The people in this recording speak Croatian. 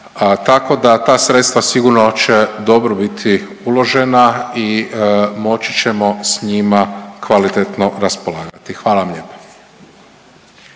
tako da ta sredstva sigurno će dobro biti uložena i moći ćemo s njima kvalitetno raspolagati, hvala vam lijepa.